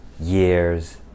years